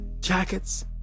jackets